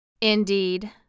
Indeed—